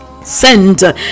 Send